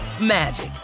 magic